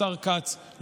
השר כץ,